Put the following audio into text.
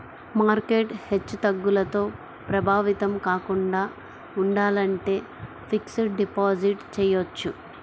market హెచ్చుతగ్గులతో ప్రభావితం కాకుండా ఉండాలంటే ఫిక్స్డ్ డిపాజిట్ చెయ్యొచ్చు